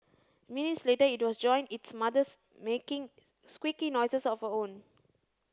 minutes later it was joined its mothers making squeaky noises of her own